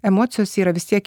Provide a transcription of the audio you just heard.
emocijos yra vis tiek